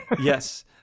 Yes